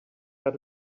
got